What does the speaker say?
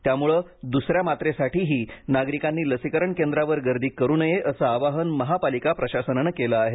त्यामुळे दुसऱ्या मात्रेसाठीही नागरिकांनी लसीकरण केंद्रावर गर्दी करू नये असं आवाहन महापालिका प्रशासनानं केलं आहे